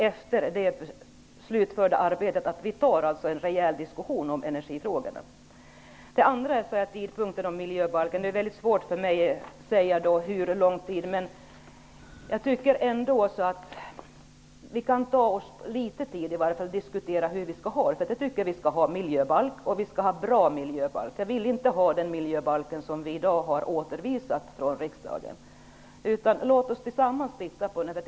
Efter det slutförda arbetet kan vi ta en rejäl diskussion om energifrågorna. Den andra frågan gällde tidpunkten då ett nytt förslag till miljöbalk kan föreligga. Det är mycket svårt för mig att säga hur lång tid det kan ta. Jag tycker att vi kan ta oss litet tid att diskutera hur vi skall ha det. Vi tycker att vi skall ha en miljöbalk, och vi skall ha en bra miljöbalk. Jag vill inte ha den miljöbalk som vi i dag har återvisat från riksdagen. Låt oss tillsammans titta på detta!